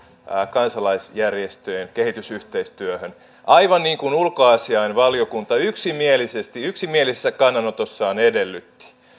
kansalaisjärjestöjen kehitysyhteistyöhön aivan niin kuin ulkoasiainvaliokunta yksimielisesti yksimielisessä kannanotossaan edellytti